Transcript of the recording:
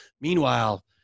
Meanwhile